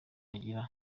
agira